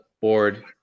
board